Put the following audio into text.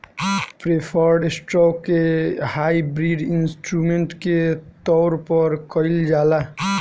preferred stock के hybrid instrument के तौर पर कइल जाला